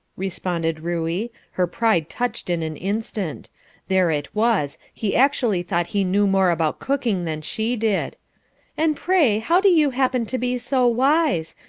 responded ruey, her pride touched in an instant there it was, he actually thought he knew more about cooking than she did and pray how do you happen to be so wise?